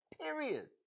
Period